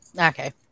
Okay